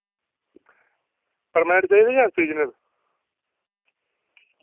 permanent चाहिदे जां seasonal